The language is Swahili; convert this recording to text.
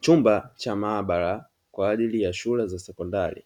Chumba cha maabara kwa ajili ya shule za sekondari